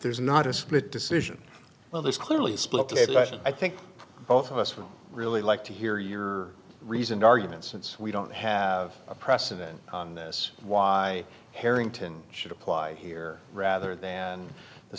there's not a split decision well there's clearly split i think both of us would really like to hear your reasoned argument since we don't have a precedent on this why harrington should apply here rather than the